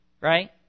Right